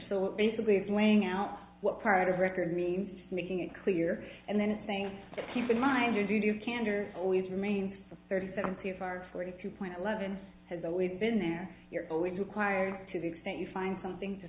so basically it's laying out what part of record means making it clear and then saying keep in mind your duty of candor always remains thirty seven c f r forty two point eleven has always been there you're always required to the extent you find something to